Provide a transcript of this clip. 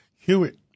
Hewitt